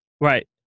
Right